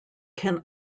can